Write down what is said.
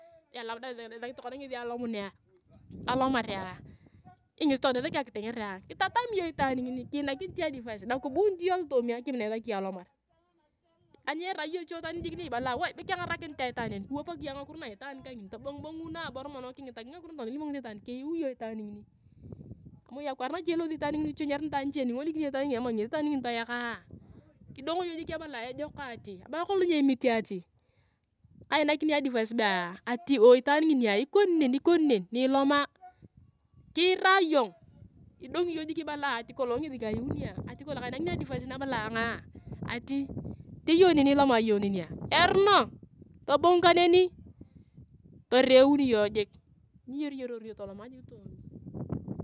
Be labda esaki ngesi alomunea, alomarea be ngesi tokona esakia akitenger ayong, kitatami iyong itaan ngini, kinakinit iyong advice, na kibunit iyong alootomi akim na isaki iyong alomar. ani irai iyong iche taan jik ngakiro na itaan kangini, tobingu bonguu nabor mono kingitakia ngakiro natokona kilimokini iyong itaan ngini, kiyui ingong itaan ngini. ani moi akwaar nache elosu itaan ngini, kichunyar nitaan niche, ani ingolikini iyong ama eyesi itaan ngini toekaa, kidong iyong jik ibalaa ejok ati, kerai kolong nyemite at, kainakini advice bea, ati wou, itaan nginia, ikoni neni, ikoni neni, niloma kiraa iyong, idongi iyong jik ibalaa ati kolong ngesi kaiuni ayong. ati kolong kainakini advice na abala ayongaa ati ite iyong neni ni iloma iyong nenia, eruno toboung kaneni toreun iyong jik niyeroyororor iyong toloma jik toomi.